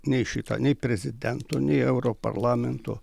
nei šitą nei prezidento nei euro parlamento